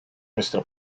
nuestra